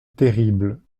terrible